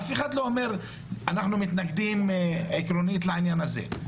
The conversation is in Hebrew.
אף אחד לא אומר שאנחנו מתנגדים עקרונית לעניין הזה,